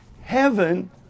heaven